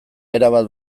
erabat